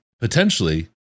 potentially